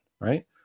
right